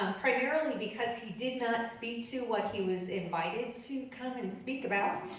um primarily because he did not speak to what he was invited to come and speak about.